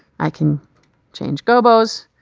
i can change gobos.